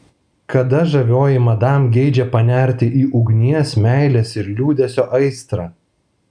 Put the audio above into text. kada žavioji madam geidžia panerti į ugnies meilės ir liūdesio aistrą